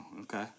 Okay